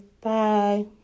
Bye